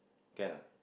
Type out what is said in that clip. can ah